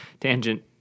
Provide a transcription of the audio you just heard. tangent